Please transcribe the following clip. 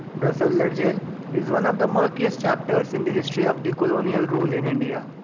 the cellular jail is one of the murkiest chapters in the history of the colonial rule in india.